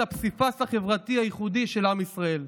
הפסיפס החברתי הייחודי של עם ישראל.